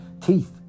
teeth